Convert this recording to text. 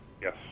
Yes